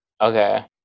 Okay